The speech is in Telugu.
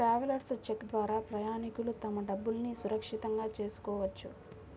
ట్రావెలర్స్ చెక్ ద్వారా ప్రయాణికులు తమ డబ్బులును సురక్షితం చేసుకోవచ్చు